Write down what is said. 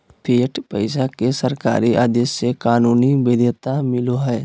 fiat पैसा के सरकारी आदेश से कानूनी वैध्यता मिलो हय